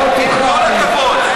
עם כל הכבוד.